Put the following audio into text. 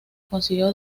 consiguió